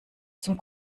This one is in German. zum